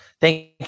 Thank